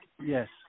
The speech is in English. Yes